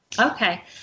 Okay